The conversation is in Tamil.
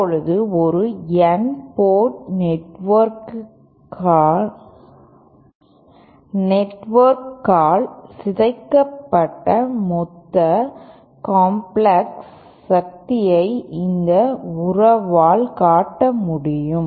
இப்போது ஒரு N போர்ட் நெட்வொர்க்கால் சிதைக்கப்பட்ட மொத்த காம்ப்ளெக்ஸ் சக்தியை இந்த உறவால் காட்ட முடியும்